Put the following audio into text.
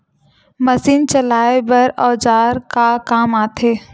Machine चलाए बर औजार का काम आथे?